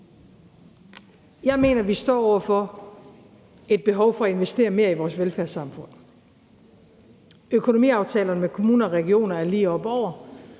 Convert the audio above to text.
Jeg mener, at vi står over for et behov for at investere mere i vores velfærdssamfund. Økonomiaftalerne med kommuner og regioner er lige oppe over.